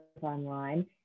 online